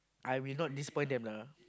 I will not disappoint them lah